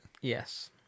Yes